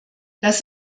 das